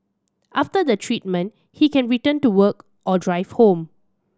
after the treatment he can return to work or drive home